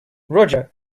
roger